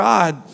God